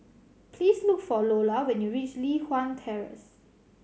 please look for Loula when you reach Li Hwan Terrace